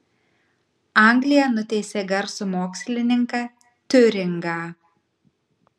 anglija nuteisė garsų mokslininką tiuringą